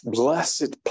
blessed